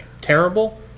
Terrible